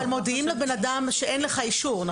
אתם מודיעים לבן אדם שאין לו אישור.